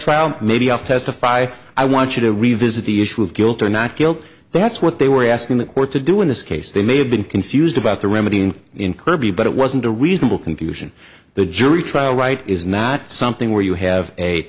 trial maybe i'll testify i want you to revisit the issue of guilt or not guilt that's what they were asking the court to do in this case they may have been confused about the remedy and in kirby but it wasn't a reasonable conclusion the jury trial right is not something where you have a